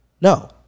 No